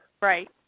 Right